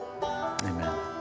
amen